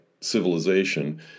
civilization